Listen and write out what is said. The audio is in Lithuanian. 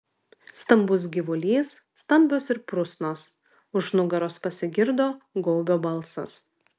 stambus gyvulys stambios ir prusnos už nugaros pasigirdo gaubio balsas